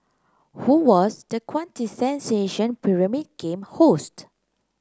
who was the quintessential Pyramid Game host